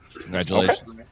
Congratulations